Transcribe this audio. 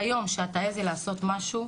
ביום שתעזי לעשות משהו,